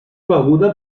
beguda